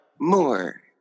more